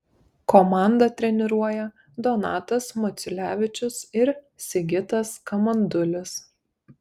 komandą treniruoja donatas maciulevičius ir sigitas kamandulis